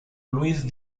luis